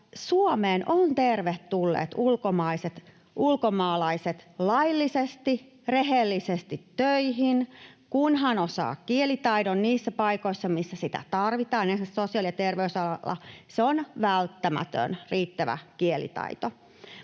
Suomeen ovat tervetulleita ulkomaalaiset laillisesti, rehellisesti töihin, kunhan osaa kielitaidon niissä paikoissa, missä sitä tarvitaan. Esimerkiksi sosiaali- ja terveysalalla riittävä kielitaito